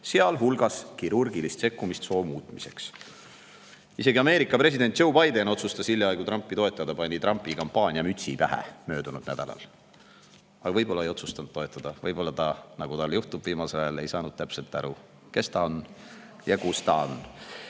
sealhulgas kirurgilist sekkumist soo muutmiseks. Isegi Ameerika president Joe Biden otsustas hiljaaegu Trumpi toetada, kui ta pani Trumpi kampaaniamütsi pähe möödunud nädalal. Aga võib-olla ta ei otsustanud toetada. Võib-olla ta, nagu tal viimasel ajal juhtub, ei saanud täpselt aru, kes ta on ja kus ta on.